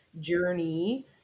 journey